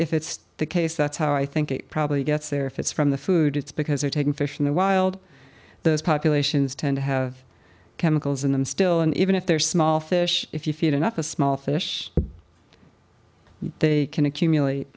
if it's the case that's how i think it probably gets there if it's from the food it's because they're taking fish in the wild those populations tend to have chemicals in them still and even if they're small fish if you feed enough a small fish they can accumulate